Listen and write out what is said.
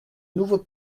nouveau